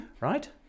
right